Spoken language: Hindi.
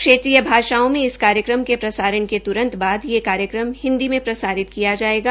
क्षेत्रीय भाषाओं में इस कार्यक्रम के प्रसारण के त्रंत बाद यह कार्यक्रम हिन्दी में प्रसारित किया जायेगा